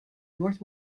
north